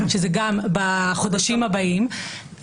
שזה גם בחודשים הבאים,